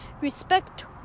respect